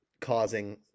causing